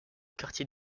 quartier